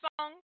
song